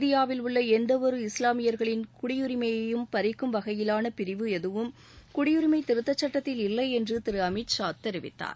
இந்தியாவில் உள்ள எந்தவொரு இஸ்லாமியரின் குடியரிமையையும் பறிக்கும் வகையிலான பிரிவு எதுவும் குடியுரிமை திருத்த சட்டத்தில் இல்லை என்று திரு அமித்ஷா தெரிவித்தார்